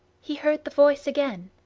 he heard the voice again,